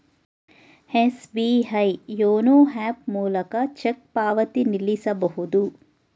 SBI YONO app ಮೂಲಕ cheque ಪಾವತಿ ನಿಲ್ಲಿಸಬಹುದು